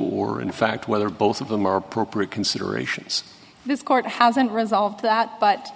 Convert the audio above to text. or in fact whether both of them are appropriate considerations this court hasn't resolved that but